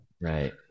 Right